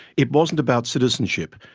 it wasn't about citizenship.